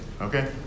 Okay